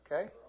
Okay